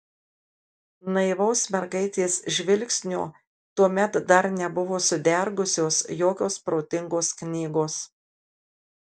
naivaus mergaitės žvilgsnio tuomet dar nebuvo sudergusios jokios protingos knygos